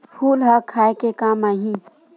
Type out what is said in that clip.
फूल ह खाये के काम आही?